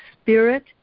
spirit